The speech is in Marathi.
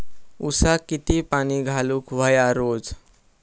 ऊसाक किती पाणी घालूक व्हया रोज?